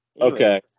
Okay